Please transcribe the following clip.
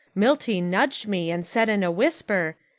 milty nudged me and said in a whisper,